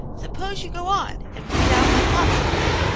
suppose you go on and read out my thoughts for me.